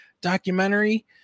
documentary